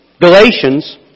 Galatians